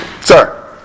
Sir